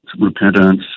Repentance